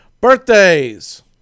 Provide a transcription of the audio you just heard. Birthdays